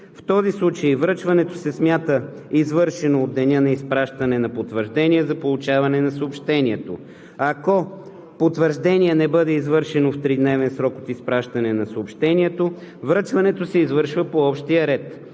В този случай връчването се смята извършено от деня на изпращане на потвърждение за получаване на съобщението. Ако потвърждение не бъде извършено в тридневен срок от изпращане на съобщението, връчването се извършва по общия ред.